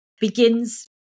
begins